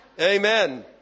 Amen